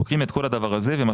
לוקחים את כל הדבר ו-...